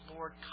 Lord